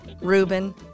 Reuben